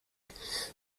mit